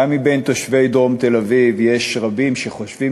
גם בין תושבי דרום תל-אביב יש רבים שחושבים